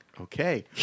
Okay